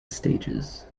stages